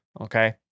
okay